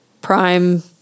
prime